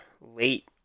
late